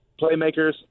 playmakers